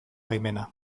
baimena